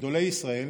וגדולי ישראל